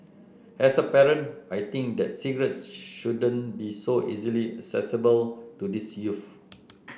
as a parent I think that cigarettes shouldn't be so easily accessible to these youths